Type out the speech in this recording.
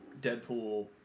Deadpool